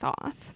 off